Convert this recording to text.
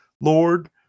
lord